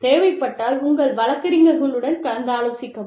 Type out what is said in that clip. தேவைப்பட்டால் உங்கள் வழக்கறிஞர்களுடன் கலந்தாலோசிக்கவும்